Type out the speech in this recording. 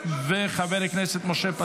התשפ"ד 2024,